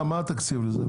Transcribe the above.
מה התקציב לזה?